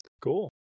Cool